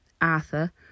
Arthur